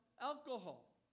Alcohol